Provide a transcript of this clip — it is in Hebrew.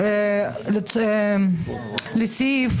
שלכם,